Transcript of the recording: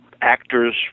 actors